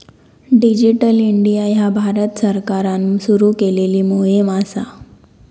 digital India ह्या भारत सरकारान सुरू केलेली मोहीम असा